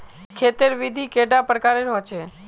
खेत तेर विधि कैडा प्रकारेर होचे?